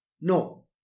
No